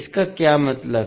इसका क्या मतलब है